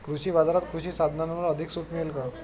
कृषी बाजारात कृषी साधनांवर अधिक सूट मिळेल का?